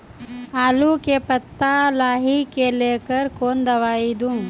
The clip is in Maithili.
आलू के पत्ता लाही के लेकर कौन दवाई दी?